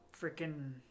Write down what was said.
freaking